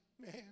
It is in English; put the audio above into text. man